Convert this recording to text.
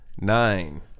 Nine